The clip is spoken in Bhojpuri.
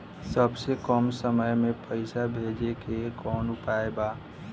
सबसे कम समय मे पैसा भेजे के कौन उपाय बा?